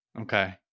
Okay